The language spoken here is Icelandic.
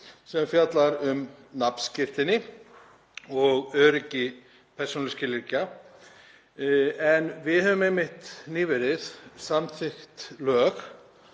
sem fjallar um nafnskírteini og öryggi persónuskilríkja en við höfum einmitt nýverið samþykkt lög